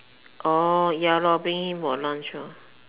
orh ya lor bring him for lunch lor